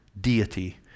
deity